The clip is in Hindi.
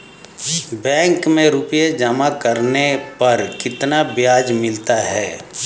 बैंक में रुपये जमा करने पर कितना ब्याज मिलता है?